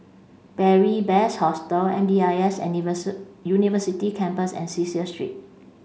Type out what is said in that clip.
Beary Best Hostel M D I S University Campus and Cecil Street